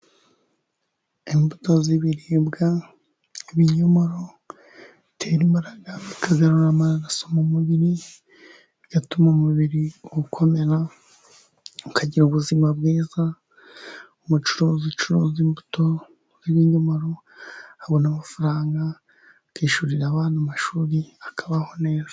Imbuto z'ibiribwa, ibinyomoro bitera imbaraga bikagarura amaraso mu mubiri, bigatuma umubiri ukomera ukagira ubuzima bwiza. Umucuruzi ucuruza imbuto nk'ibinyomoro abona amafaranga akishyurira abana amashuri, akabaho neza.